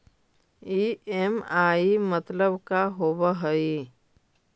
EMI मतलब का होब हइ?